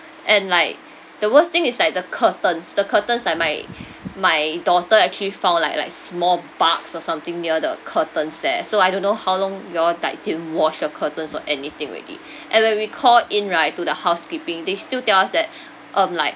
and like the worst thing is like the curtains the curtains like my my daughter actually found like like small bugs or something near the curtains there so I don't know how long you all like didn't wash your curtains or anything already and when we call in right to the housekeeping they still tell us that um like